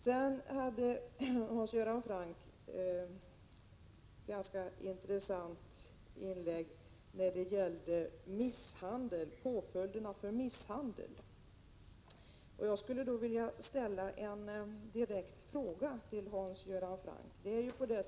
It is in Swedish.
Hans Göran Franck gjorde ett ganska intressant inlägg när det gäller påföljderna för misshandel. Jag skulle vilja ställa en direkt fråga till Hans Göran Franck.